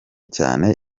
cyane